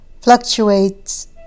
fluctuates